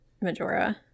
Majora